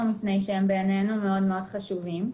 מפני שבעינינו הם מאוד מאוד חשובים.